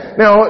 now